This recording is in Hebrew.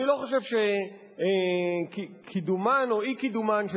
אני לא חושב שקידומן או אי-קידומן של